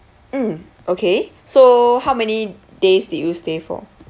mm okay so how many days did you stay for